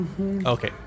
Okay